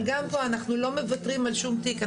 אבל גם פה, אנחנו לא מוותרים על שום תיק.